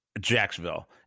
Jacksonville